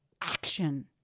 action